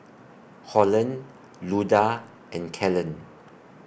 Holland Luda and Kellen